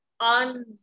on